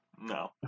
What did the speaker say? No